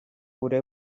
gure